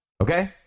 Okay